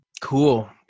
Cool